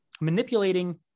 manipulating